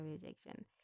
rejection